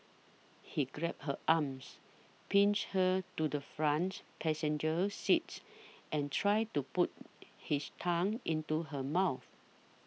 he grabbed her arms pinch her to the front passenger seat and tried to put his tongue into her mouth